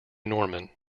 norman